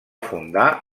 fundar